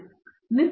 professor